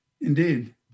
Indeed